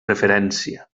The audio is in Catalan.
referència